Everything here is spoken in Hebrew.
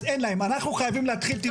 אנחנו חייבים להתחיל, תראו.